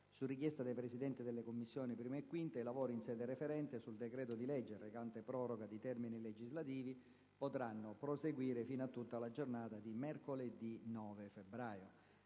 Su richiesta dei Presidenti delle Commissioni 1a e 5a, i lavori in sede referente sul decreto-legge recante proroga di termini legislativi potranno proseguire fino a tutta la giornata di mercoledì 9 febbraio.